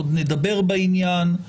עוד נדבר בעניין.